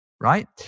right